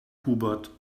hubert